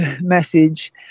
message